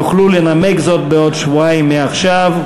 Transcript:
יוכלו לנמק זאת בעוד שבועיים מעכשיו,